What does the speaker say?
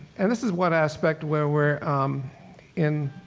and this is one aspect where we're in,